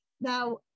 Now